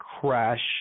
crash